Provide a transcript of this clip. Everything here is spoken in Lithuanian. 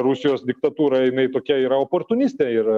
rusijos diktatūra jinai tokia yra oportunistė ir